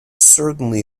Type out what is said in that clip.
certainly